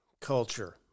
culture